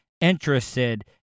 interested